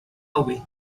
away